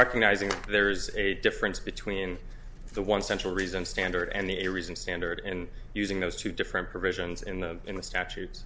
recognizing that there's a difference between the one central reason standard and the reason standard in using those two different provisions in the in the statute